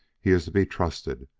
he is to be trusted.